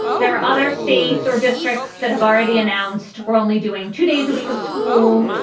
there are other states or districts that have already announced we're only doing two days a week of school.